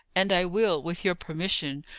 and i will, with your permission,